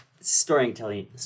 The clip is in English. storytelling